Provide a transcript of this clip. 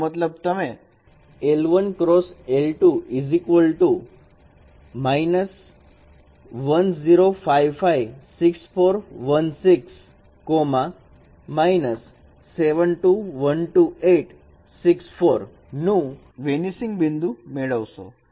તેનો મતલબ તમે l1xl2 10556416 7212864 નું વેનિસિંગ બિંદુ મેળવશો